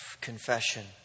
confession